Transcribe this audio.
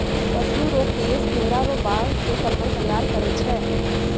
पशु रो केश भेड़ा रो बाल से कम्मल तैयार करै छै